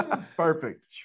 perfect